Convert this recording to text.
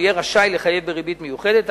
והוא יהיה רשאי לחייב בריבית מיוחדת.